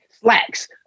Slacks